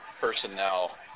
personnel